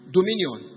Dominion